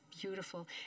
beautiful